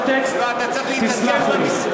יש טקסט, לא, אתה צריך להתעדכן במספרים.